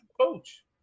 coach